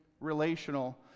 relational